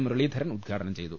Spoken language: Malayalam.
മുരളീധരൻ ഉദ്ഘാടനം ചെയ്തു